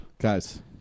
guys